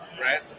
right